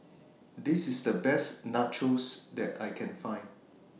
This IS The Best Nachos that I Can Find